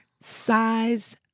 size